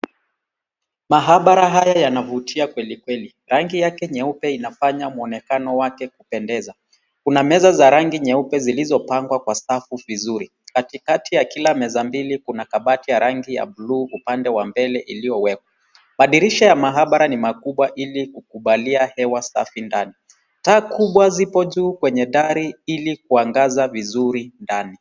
Maabara haya yanavutia kweli kweli. Rangi yake nyeupe inafanya mwonekano wake kupendeza. Kuna meza za rangi nyeupe zilizopangwa kwa safu vizuri. Katikati ya kila meza mbili kuna kabati ya rangi ya buluu upande wa mbele iliyowekwa. Dirisha ya maabara ni makubwa ili kukubalia hewa safi ndani. Taa kubwa zipo juu kwenye dari ili kuangaza vizuri ndani.